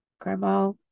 Grandma